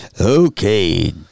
Okay